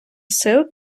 сил